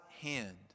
hand